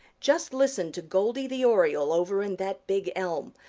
just listen to goldy the oriole over in that big elm.